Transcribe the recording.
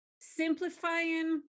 simplifying